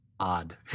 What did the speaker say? odd